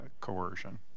coercion